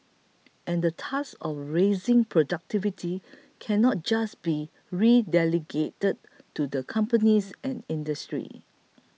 and the task of raising productivity cannot just be relegated to the companies and industry